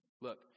Look